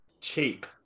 cheap